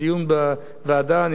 אסכים להעביר את זה לוועדת חוץ וביטחון,